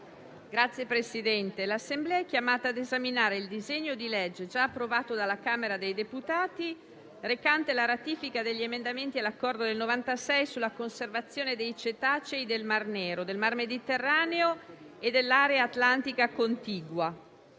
Signor Presidente, l'Assemblea è chiamata ad esaminare il disegno di legge, già approvato dalla Camera dei deputati, recante la ratifica degli emendamenti all'Accordo del 1996 sulla conservazione dei cetacei del Mar Nero, del Mar Mediterraneo e dell'area atlantica contigua.